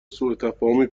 سوتفاهمی